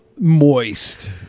Moist